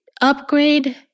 upgrade